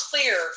clear